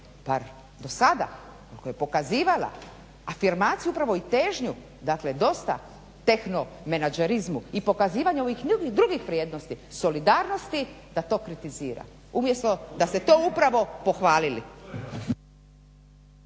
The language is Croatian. bar do sada koja je pokazivala afirmaciju upravo i težnju, dakle dosta tehno menadžerizmu i pokazivanje ovih drugih vrijednosti solidarnosti da to kritizira. Umjesto da ste to upravo pohvalili.